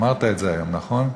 אמרת את זה היום, נכון?